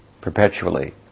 perpetually